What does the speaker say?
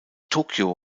tokyo